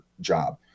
job